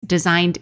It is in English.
Designed